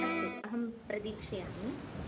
अस्तु अहं प्रतीक्षामि